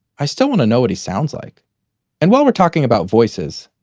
i still want to know what he sounds like and while we're talking about voices,